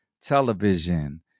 television